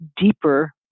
deeper